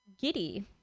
giddy